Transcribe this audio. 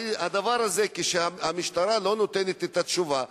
הרי כשהמשטרה לא נותנת את התשובה,